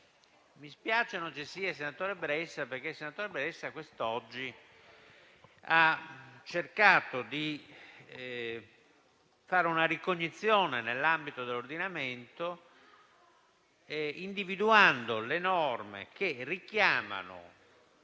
dispiace che non ci sia il senatore Bressa, che quest'oggi ha cercato di fare una ricognizione nell'ambito dell'ordinamento, individuando le norme che richiamano